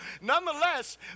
nonetheless